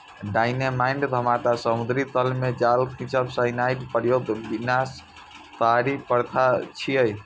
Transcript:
dynamite धमाका, समुद्री तल मे जाल खींचब, साइनाइडक प्रयोग विनाशकारी प्रथा छियै